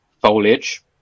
foliage